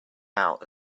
out